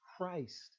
Christ